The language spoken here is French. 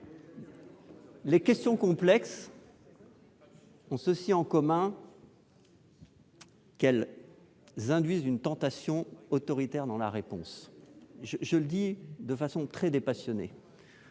Les questions complexes ont ceci en commun qu'elles induisent une tentation autoritaire dans la réponse. Je le dis de façon très dépassionnée.